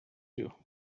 you